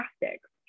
plastics